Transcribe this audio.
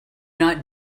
not